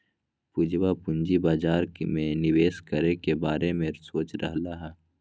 पूजवा पूंजी बाजार में निवेश करे के बारे में सोच रहले है